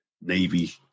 Navy